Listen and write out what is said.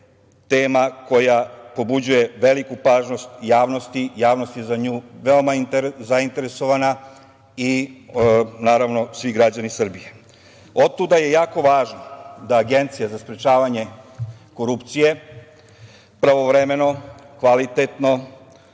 tema koja pobuđuje veliku pažnju javnosti, javnost je za nju veoma zainteresovana i, naravno, svi građani Srbije. Otuda je jako važno da Agencija za sprečavanje korupcije pravovremeno, kvalitetno,